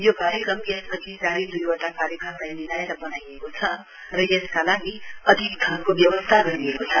यो कार्यक्रम यसअधि जारी दुइवटा कार्यक्रमलाई मिलाएर बनाइएको छ र यसका लागि अधिक धनको व्यवस्था गरिएको छ